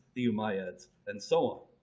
the umayyads, and so on.